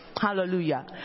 hallelujah